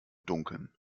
dunkeln